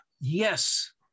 Yes